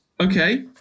Okay